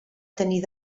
tenir